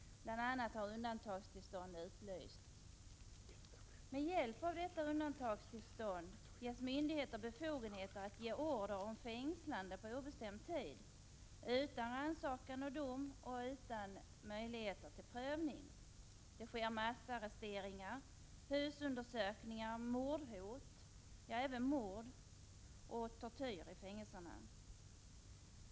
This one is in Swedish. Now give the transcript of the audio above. Bl. a. har undantagstillstånd införts. Med hjälp av detta undantagstillstånd har myndigheterna befogenhet att ge order om fängslande på obestämd tid utan rannsakan och dom och utan möjligheter till prövning. Det sker massarresteringar, husundersökningar, mordhot, ja, även mord, samt tortyr i fängelserna.